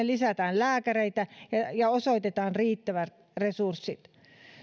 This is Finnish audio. lisätään lääkäreitä ja osoitetaan riittävät resurssit